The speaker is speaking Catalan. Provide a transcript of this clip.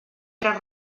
tres